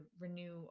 renew